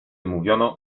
mówiono